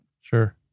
Sure